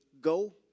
go